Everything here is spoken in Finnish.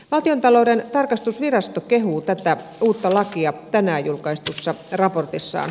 valtiontalouden tarkastusvirasto kehuu tätä uutta lakia tänään julkaistussa raportissaan